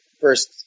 first